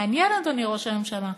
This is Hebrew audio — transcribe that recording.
מעניין, אדוני ראש הממשלה,